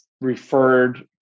referred